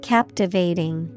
Captivating